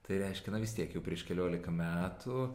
tai reiškia na vis tiek jau prieš keliolika metų